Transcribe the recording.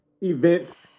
events